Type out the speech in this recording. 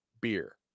beer